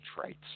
traits